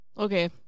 Okay